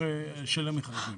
של המכרזים.